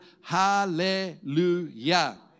Hallelujah